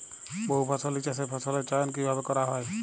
বহুফসলী চাষে ফসলের চয়ন কীভাবে করা হয়?